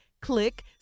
click